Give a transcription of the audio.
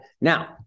Now